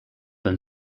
been